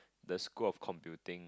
the school of computing